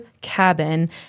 Cabin